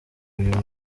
uyu